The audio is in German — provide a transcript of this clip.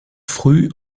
früh